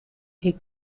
est